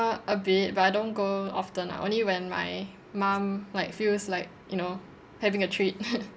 a bit but I don't go often ah only when my mum like feels like you know having a treat